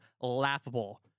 laughable